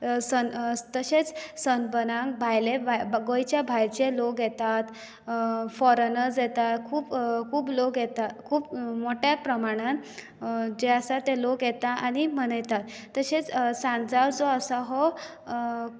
सन तशेंच सनबर्नाक भायले गोंयच्या भायरचें लोक येतात फोरेनर्स येतात खूब खूब लोक येता खूब मोठ्या प्रमाणान जे आसा ते लोक येतात आनी मनयतात तशेंच सांजाव जो आसा हो